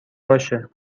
باشه